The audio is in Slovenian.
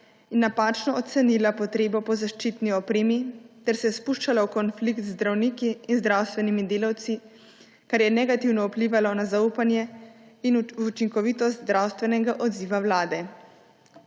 in napačno ocenila potrebo po zaščitni opremi ter se spuščala v konflikt z zdravniki in zdravstvenimi delavci, kar je negativno vplivalo na zaupanje in učinkovitost zdravstvenega odziva vlade.